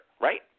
right